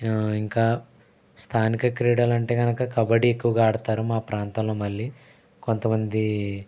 ఇంకా స్థానిక క్రీడలు అంటే కనుక కబడ్డీ ఎక్కువగా ఆడతారు మా ప్రాంతంలో మళ్ళీ కొంత మంది